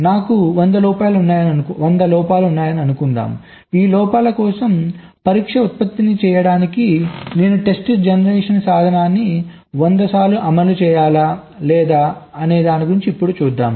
నాకు 100 లోపాలు ఉన్నాయని అనుకుందాం ఈ లోపాల కోసం పరీక్షను ఉత్పత్తి చేయడానికి నేను టెస్ట్ జనరేషన్ సాధనాన్ని 100 సార్లు అమలు చేయాలా లేదా ఇప్పుడు చూద్దాం